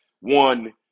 one